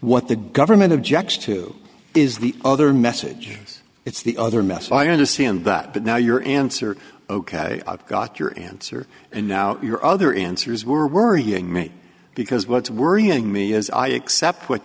what the government objects to is the other message it's the other message i understand that but now your answer ok i've got your answer and now your other answers were worrying me because what's worrying me is i accept what